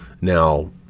Now